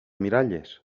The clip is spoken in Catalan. miralles